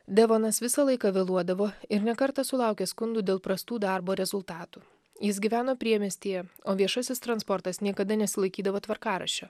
devonas visą laiką vėluodavo ir ne kartą sulaukė skundų dėl prastų darbo rezultatų jis gyveno priemiestyje o viešasis transportas niekada nesilaikydavo tvarkaraščio